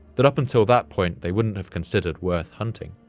that up until that point they wouldn't have considered worth hunting.